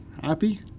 Happy